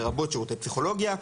לרבות שירותי פסיכולוגיה,